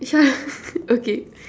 okay